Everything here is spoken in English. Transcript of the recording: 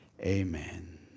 Amen